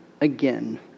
again